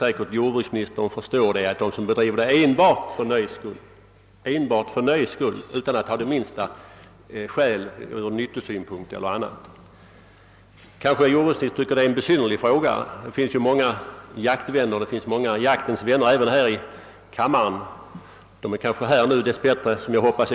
Men vad jag syftat på med min fråga är den jakt som vissa personer bedriver enbart för nöjes skull och utan minsta motivering ur nyttosynpunkt. Jordbruksministern har kanske funnit min fråga besynnerlig. Och här i kammaren finns ju många jaktens vänner — obeväpnade just nu som jag vill hoppas.